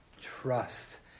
trust